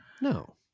no